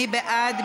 מי בעד?